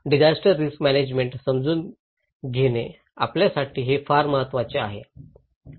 disaster risk management समजून घेणे आपल्यासाठी हे फार महत्वाचे आहे